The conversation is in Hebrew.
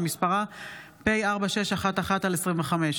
שמספרה פ/4611/25.